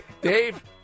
Dave